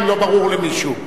אם לא ברור למישהו.